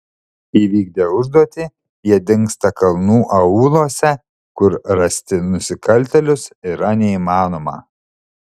įvykdę užduotį jie dingsta kalnų aūluose kur rasti nusikaltėlius yra neįmanoma